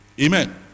Amen